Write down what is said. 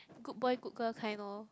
good boy good girl kind loh